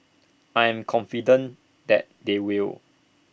I'm confident that they will